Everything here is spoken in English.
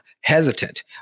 hesitant